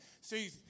See